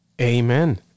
Amen